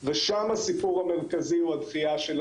ושם הסיפור המרכזי הוא הדחייה או